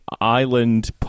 island